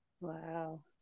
Wow